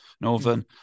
Northern